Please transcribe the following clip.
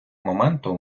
моменту